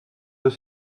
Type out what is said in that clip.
deux